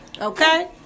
Okay